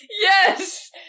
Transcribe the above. yes